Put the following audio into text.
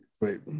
wait